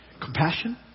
compassion